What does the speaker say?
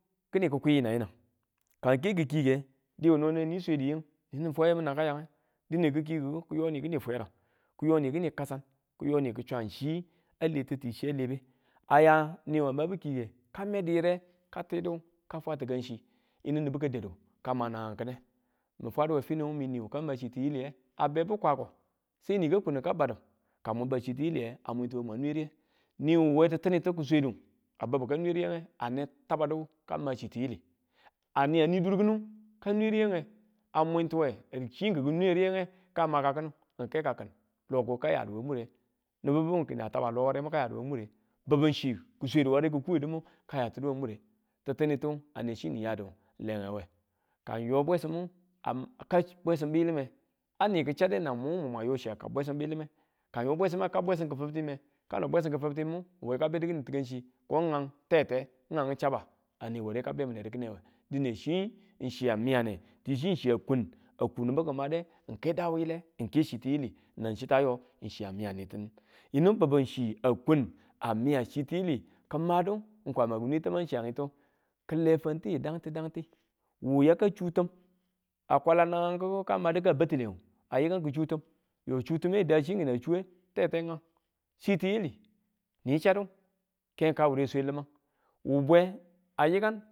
Kini kikwi yinang yinang, kang n ke ki̱kike, diwu no ne nin swedu ying nin ninfwa yamu yinang yange kikiku ki yoni kini fweram, kiyo ni kini kasan, kiyoni ki chwang chi, a le ti ti chiya lebe aya niwa mabu kike ka medu yire ka tidu la fwa tikan chi yinu nibu ka dadu ka naang ki̱ne, min fwadu we finiwu mini ka ma chi tiyileye a babi kwako, se ni ko kunu ka badu ka mun bau chi tiyileye a mwin tiwe mwan nwe riye niwu we titinitu ku kiswede a babu ka nwe riyege a ne ka ma chi tiyili kani, ani dur kinu ka nwe riyege a mwintuwe chi kiki nwe riyege ka makanu n ke ka kin loko ka yadu we mure nibu bibu kina taba lo waremu ka yadu we mure nibu chu ki̱swe, kware kuye dumu ka yatiduye ware ti̱ttinitu ane chi ni yadu lewenge, ka n yo bwesimmu a ni ki̱chade nang mung mwan yo chi a kau bwesim biyilime, ka yo bwesim ma kau bwesim ki̱fiftiye kano bwesim ki̱fiftimu we kabedu kini tikangchi ko ngang tete nang chaba, ane ware ka be minedu kinewe dine chi chiya miyane, n ti chiya kun aku nibu ki̱made n ke daa wule n kechi tiyili nang chitta yo chiya miyatu, yinu bubu chia kun, amaya chitiyili kimadu Kwama kin nwe taman chiyati kile fanti danti danti wu yaka chu tim, akwala nangu ka battule ayakan ya ki chu tim yo chu time a da chi kina chuye tete nga chi tiyili nin chadu keng ka wure swe limang wu bwe a yikan.